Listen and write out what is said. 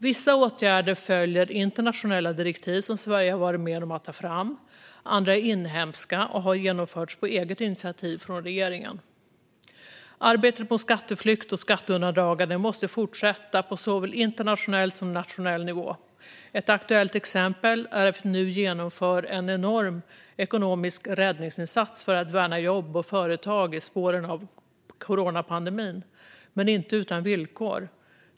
Vissa åtgärder följer internationella direktiv som Sverige har varit med om att ta fram, andra är inhemska och har genomförts på eget initiativ från regeringen. Arbetet mot skatteflykt och skatteundandragande måste fortsätta på såväl internationell som nationell nivå. Ett aktuellt exempel är att vi nu genomför en enorm ekonomisk räddningsinsats för att värna jobb och företag i spåren av coronapandemin, men inte utan villkor.